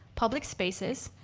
public spaces,